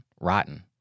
rotten